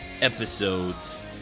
episodes